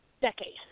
decade